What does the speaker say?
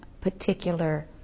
particular